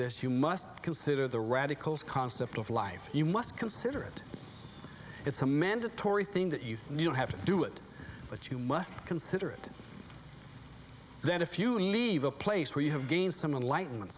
this you must consider the radicals concept of life you must consider it it's a mandatory thing that you don't have to do it but you must consider it then a few and leave a place where you have gained some light and